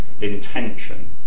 intention